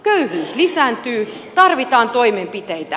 köyhyys lisääntyy tarvitaan toimenpiteitä